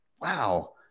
wow